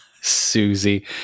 Susie